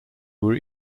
were